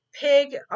pig